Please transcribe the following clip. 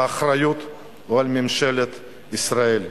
האחריות היא על ממשלת ישראל.